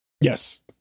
Yes